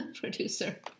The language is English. producer